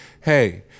hey